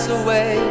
away